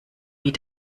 wie